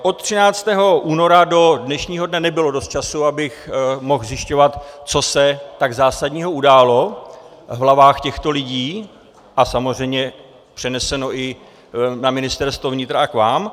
Od 13. února do dnešního dne nebylo dost času, abych mohl zjišťovat, co se tak zásadního událo v hlavách těchto lidí a samozřejmě přeneseno i na Ministerstvo vnitra a k vám.